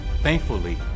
Thankfully